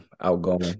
Outgoing